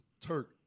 Turk